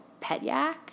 Petyak